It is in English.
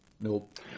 Nope